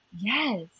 Yes